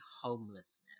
homelessness